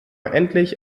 endlich